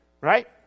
right